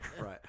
Right